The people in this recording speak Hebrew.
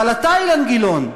אבל אתה, אילן גילאון,